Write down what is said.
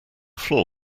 floor